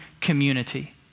community